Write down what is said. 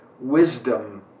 wisdom